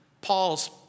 Paul's